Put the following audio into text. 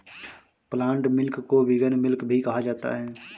plant milk को vegan milk भी कहा जाता है